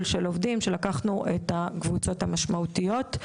של עובדים שלקחנו את הקבוצות המשמעותיות.